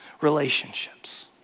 relationships